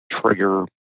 trigger